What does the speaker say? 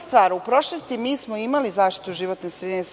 stvar, u prošlosti imali smo zaštitu životne sredine